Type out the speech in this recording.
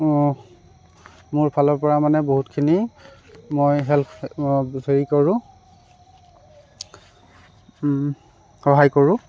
মোৰ ফালৰ পৰা মানে বহুতখিনি মই হেল্প হেৰি কৰো সহায় কৰোঁ